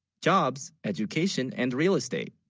jobs education and real estate